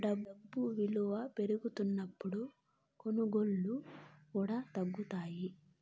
డబ్బు ఇలువ పెరుగుతున్నప్పుడు కొనుగోళ్ళు కూడా తగ్గుతాయి